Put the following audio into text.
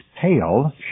pale